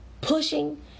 pushing